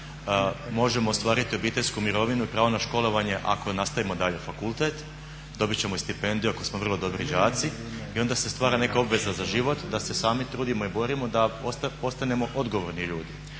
možemo ostvariti obiteljsku mirovinu i pravo na školovanje ako nastavimo dalje fakultet dobit ćemo i stipendiju ako smo vrlo dobri đaci. I onda se stvara neka obveza za život da se sami trudimo i borimo da postanemo odgovorni ljudi.